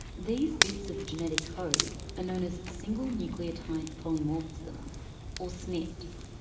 these bits of the genetic code are known as single nucleotide polymorphisms or snps.